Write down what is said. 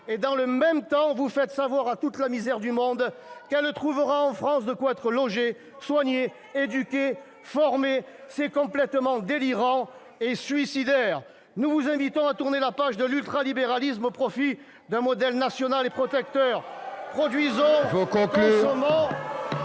et, dans le même temps, vous faites savoir à toute la misère du monde qu'elle trouvera en France de quoi être logée, soignée, éduquée et formée : c'est complètement délirant et suicidaire ! Nous vous invitons à tourner la page de l'ultralibéralisme au profit d'un modèle national et protecteur. Il faut conclure,